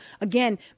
again